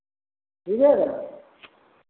ठीक है